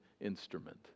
instrument